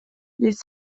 les